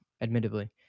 admittedly